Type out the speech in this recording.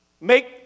make